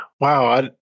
Wow